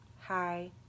hi